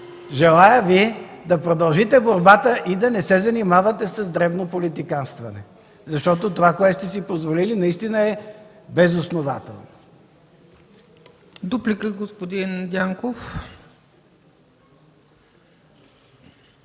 Желая Ви да продължите борбата и да не се занимавате с дребно политиканстване, защото това, което сте си позволили, наистина е без основание. ПРЕДСЕДАТЕЛ